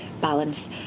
balance